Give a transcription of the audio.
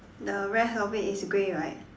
the rest of it is grey right